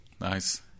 Nice